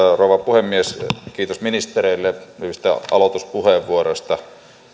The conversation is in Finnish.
rouva puhemies kiitos ministereille hyvistä aloituspuheenvuoroista